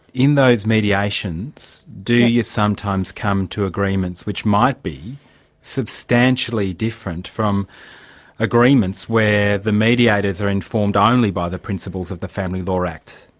in those mediations, do you sometimes come to agreements which might be substantially different from agreements where the mediators are informed only by the principles of the family law act?